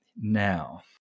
now